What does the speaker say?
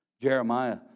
Jeremiah